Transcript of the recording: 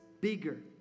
bigger